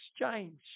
exchange